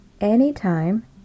anytime